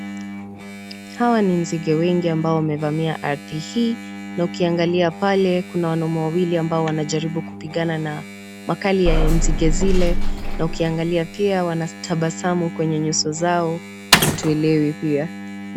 Hawa ni nzige wengi ambao wamevalia ardhini hii na ukiangalia pale kuna wanaume wawili ambao wanajaribu kupigana na makali ya nzige nzige na ukiangalia pia wanatabasamu kwenye nyuso zao hatuelewi pia.